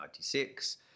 1996